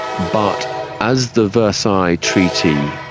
but as the versailles treaty,